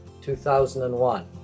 2001